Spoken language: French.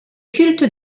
culte